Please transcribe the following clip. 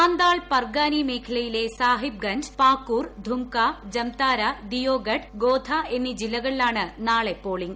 സാന്താൾ പർഗാനി മേഖലയിലെ സാഹിബ് ഗഞ്ച് പാക്കൂർ ധുംക ജംതാര ദിയോഗഡ് ഗോധ എന്നി ജില്ലകളിലാണ് നാളെ പോളിംഗ്